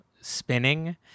spinning